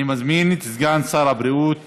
אני מזמין את סגן שר הבריאות